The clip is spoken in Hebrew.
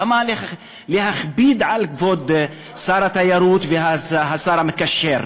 למה להכביד על כבוד שר התיירות והשר המקשר?